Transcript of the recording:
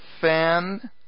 fan